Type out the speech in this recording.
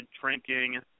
drinking